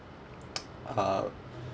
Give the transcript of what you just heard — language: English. uh